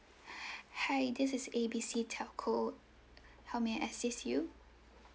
hi this is A B C telco how may I assist you